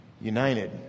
united